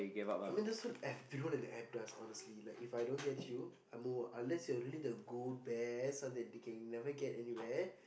I mean that's what App you know what the App does honestly like If I don't get it I move on unless you're really that good there such that they can never get anywhere